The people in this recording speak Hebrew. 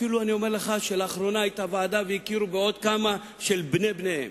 אפילו אני אומר לך שלאחרונה היתה ועדה והכירו בעוד כמה של בני-בניהם.